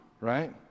right